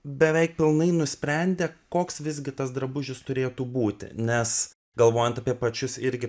beveik pilnai nusprendę koks visgi tas drabužis turėtų būti nes galvojant apie pačius irgi